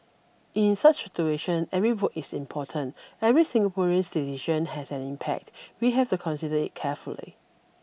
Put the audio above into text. in such a situation every vote is important every Singaporean's decision has an impact we have to consider it carefully